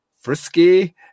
frisky